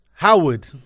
Howard